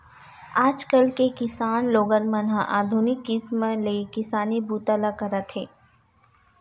आजकाल के किसान लोगन मन ह आधुनिक किसम ले किसानी बूता ल करत हे